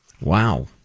wow